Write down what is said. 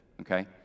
okay